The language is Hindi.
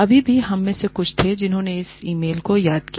अभी भी हम में से कुछ थे जिन्होंने उस ई मेल को याद किया